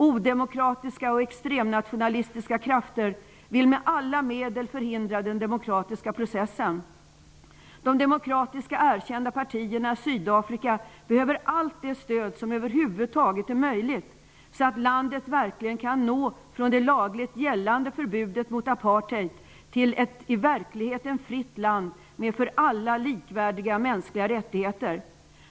Odemokratiska och extremnationalistiska krafter vill med alla medel förhindra den demokratiska processen. De demokratiska erkända partierna i Sydafrika behöver allt det stöd som över huvud taget är möjligt, så att landet verkligen kan nå från det lagligt gällande förbudet mot apartheid till ett i verkligheten fritt land med för alla likvärdiga mänskliga rättigheter.